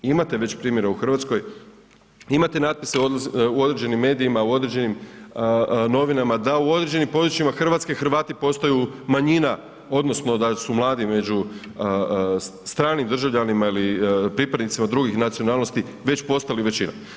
Imate već primjere u Hrvatskoj, imate natpise u određenim medijima, u određenim novinama da u određenim područjima Hrvatske Hrvati postaju manjina odnosno da su mladi među stranim državljanima ili pripadnicima drugih nacionalnosti već postali većina.